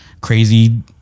crazy